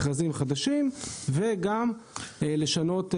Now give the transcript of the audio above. מכרזים חדשים וגם לשנות תעריפים.